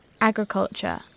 agriculture